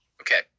Okay